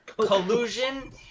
Collusion